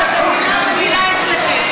התשע"ז 2017,